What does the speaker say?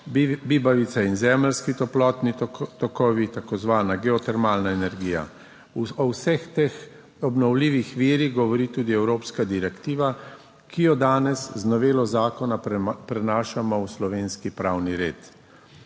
bibavice in zemeljski toplotni tokovi, tako imenovana geotermalna energija. O vseh teh obnovljivih virih govori tudi evropska direktiva, ki jo danes z novelo zakona prenašamo v slovenski pravni red.